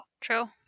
true